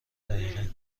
دقیقه